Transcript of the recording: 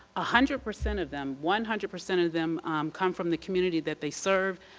ah hundred percent of them, one hundred percent of them come from the community that they serve,